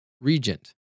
regent